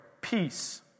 peace